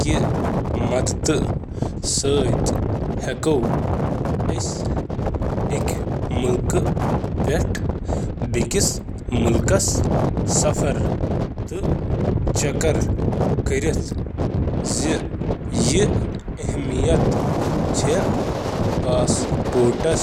کیا چُھ پاسپورٹُک مقصد چھُ ذٲتی دورٕ، کارٕبٲرۍ دورٕ، تعلیٖمی مقصد بیترِ خٲطرٕ غٲر مُلکن ہُنٛد سفر کرُن۔